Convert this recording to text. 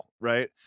right